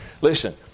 Listen